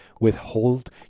withhold